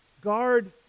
guard